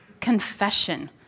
confession